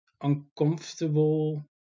uncomfortable